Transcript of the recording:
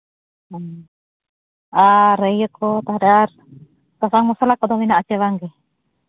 ᱚ ᱤᱭᱟᱹ ᱠᱚ ᱛᱟᱦᱞᱮ ᱟᱨ ᱥᱟᱥᱟᱝ ᱢᱚᱥᱞᱟ ᱠᱚᱫᱚ ᱢᱮᱱᱟᱜ ᱟᱥᱮ ᱵᱟᱝ ᱜᱮ